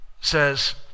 says